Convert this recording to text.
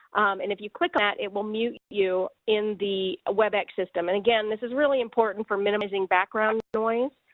and if you click on that it will mute you in the webex system. and, again, this is really important for minimizing background noise,